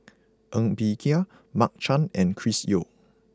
Ng Bee Kia Mark Chan and Chris Yeo